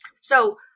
So-